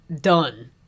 done